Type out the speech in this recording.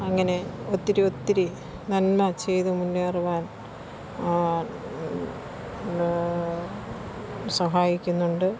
അങ്ങനെ ഒത്തിരിയൊത്തിരി നന്മ ചെയത് മുന്നേറുവാൻ സഹായിക്കുന്നുണ്ട്